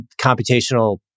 computational